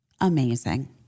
amazing